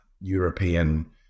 European